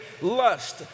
lust